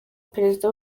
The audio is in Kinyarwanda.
perezida